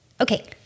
Okay